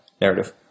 narrative